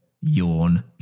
yawn